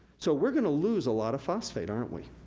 so, we're gonna lose a lot of phosphate, aren't we?